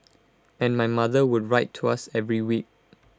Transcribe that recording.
and my mother would write to us every week